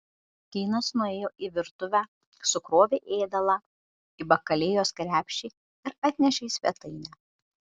keinas nuėjo į virtuvę sukrovė ėdalą į bakalėjos krepšį ir atnešė į svetainę